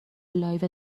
لایو